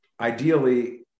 ideally